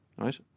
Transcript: Right